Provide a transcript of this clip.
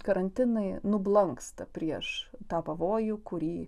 karantinai nublanksta prieš tą pavojų kurį